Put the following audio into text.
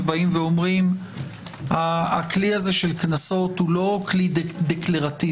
באים ואומרים שהכלי הזה של קנסות הוא לא כלי דקלרטיבי.